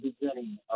beginning